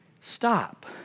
stop